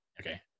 Okay